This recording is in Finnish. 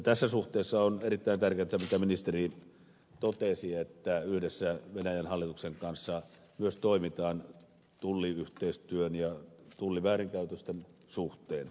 tässä suhteessa on erittäin tärkeätä mitä ministeri totesi että yhdessä venäjän hallituksen kanssa myös toimitaan tulliyhteistyön ja tulliväärinkäytösten suhteen